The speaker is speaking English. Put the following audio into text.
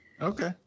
okay